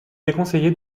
déconseillé